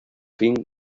fin